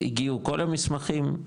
הגיעו כל המסמכים,